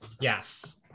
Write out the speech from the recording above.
yes